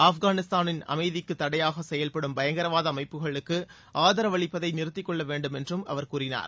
அப்காளிஸ்தானின் அமைதிக்கு தடையாக செயல்படும் பயங்கரவாத அமைப்புகளுக்கு ஆதரவளிப்பதை நிறுத்திக் கொள்ள வேண்டும் என்றும் அவர் கூறினார்